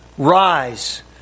Rise